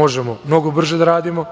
možemo mnogo brže da radimo,